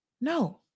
No